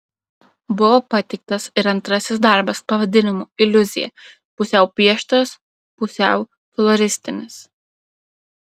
buvo pateiktas ir antrasis darbas pavadinimu iliuzija pusiau pieštas pusiau floristinis